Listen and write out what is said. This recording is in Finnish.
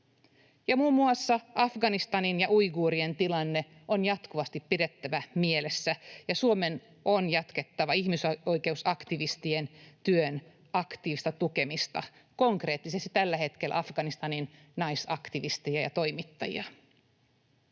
muun muassa Afganistanin ja uiguurien tilanne on jatkuvasti pidettävä mielessä, ja Suomen on jatkettava ihmisoikeusaktivistien työn aktiivista tukemista, konkreettisesti tällä hetkellä Afganistanin nais-aktivisteja ja ‑toimittajia.